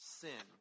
sin